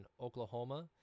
Oklahoma